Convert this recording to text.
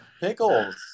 Pickles